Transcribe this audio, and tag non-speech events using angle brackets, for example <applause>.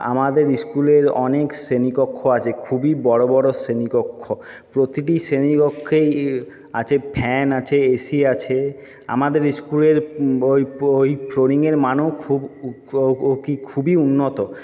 আমাদের স্কুলের অনেক শ্রেণীকক্ষ আছে খুবই বড়ো বড়ো শ্রেণীকক্ষ প্রতিটি শ্রেণীকক্ষেই আছে ফ্যান আছে এসি আছে আমাদের স্কুলের ওই <unintelligible> মানও খুব <unintelligible> খুবই উন্নত